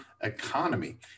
economy